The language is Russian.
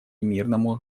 мирному